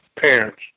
parents